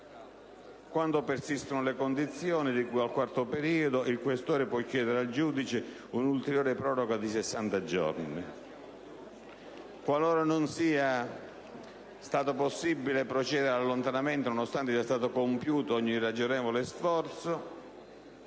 Quando persistono le condizioni di cui al quarto periodo, il questore può chiedere al giudice un'ulteriore proroga di 60 giorni. Qualora non sia stato possibile procedere all'allontanamento, nonostante sia stato compiuto ogni ragionevole sforzo,